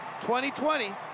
2020